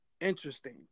interesting